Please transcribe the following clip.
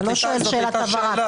אתה לא שואל שאלת הבהרה.